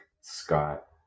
Scott